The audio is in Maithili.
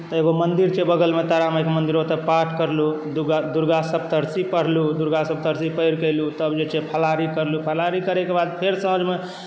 एगो मन्दिर छै बगलमे तारामाइके मन्दिर ओतय पाठ करलहुँ दुर्गा सप्तशती पढ़लहुँ दुर्गा सप्तशती पढ़िके एलहुँ तब जे छै से फलाहारी केलहुँ फलाहारी करयके बाद फेर साँझमे